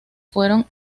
fueron